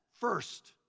first